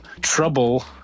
trouble